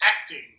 acting